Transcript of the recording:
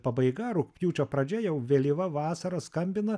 pabaiga rugpjūčio pradžia jau vėlyva vasara skambina